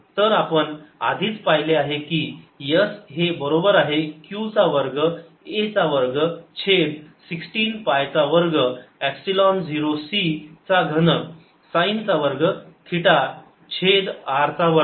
तर आपण आधीच पाहिले आहे की s हे बरोबर आहे q चा वर्ग a चा वर्ग छेद 16 पायचा वर्ग एपसिलोन झिरो c चा घन साईन चा वर्ग थिटा छेद r चा वर्ग